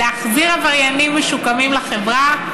להחזיר עבריינים משוקמים לחברה,